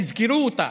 תזכרו אותה.